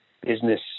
business